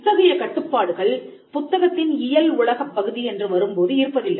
இத்தகைய கட்டுப்பாடுகள் புத்தகத்தின் இயல் உலகப் பகுதி என்று வரும்போது இருப்பதில்லை